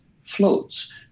floats